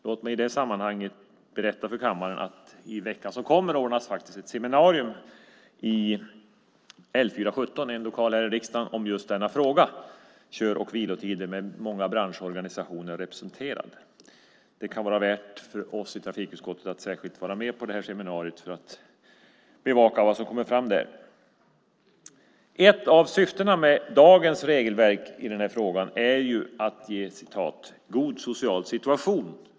Låt mig i det sammanhanget berätta för kammaren att det i veckan som kommer anordnas ett seminarium i L4-17, en lokal här i riksdagen, om just denna fråga med många branschorganisationer representerade. Det kan vara värt för oss i trafikutskottet att särskilt vara med på detta seminarium för att bevaka vad som kommer fram där. Ett av syftena med dagens regelverk i den här frågan är att ge förarna en "god social situation".